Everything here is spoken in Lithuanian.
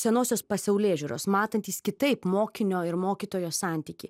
senosios pasaulėžiūros matantys kitaip mokinio ir mokytojo santykį